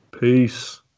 Peace